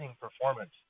performance